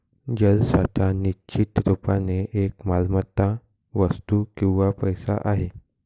जलसाठा निश्चित रुपाने एक मालमत्ता, वस्तू किंवा पैसा आहे